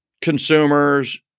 consumers